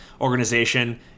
organization